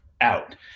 out